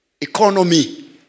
economy